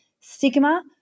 Stigma